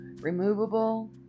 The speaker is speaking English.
removable